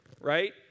right